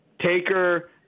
Taker